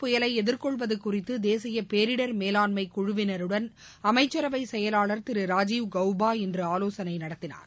புயலைஎதிர்கொள்வதுகுறித்துதேசியபேரிடர் மேலாண்மைகுழுவினருடன் புல் புல் அமைச்சரவைசெயலாளர் திரு ராஜுவ் குப்தா இன்றுஆலோசனைநடத்தினார்